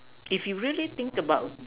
if we really think about